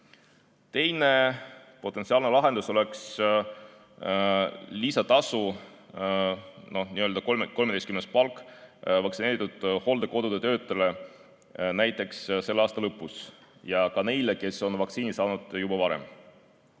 Teine potentsiaalne lahendus oleks lisatasu, n-ö 13. palk vaktsineeritud hooldekodude töötajatele näiteks selle aasta lõpus ja ka neile, kes on vaktsiini saanud juba varem.